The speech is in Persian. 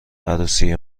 عروسی